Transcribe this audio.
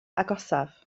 agosaf